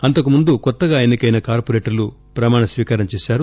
అంతకుముందు కొత్తగా ఎన్నికైన కార్పోరేటర్లు ప్రమాణ స్పీకారం చేశారు